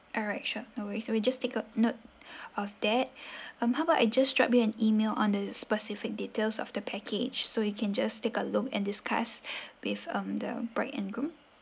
alright sure we we just take a note of that um how about I just drop you an email on the specific details of the package so you can just take a look and discuss with um the bride and groom